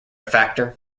factor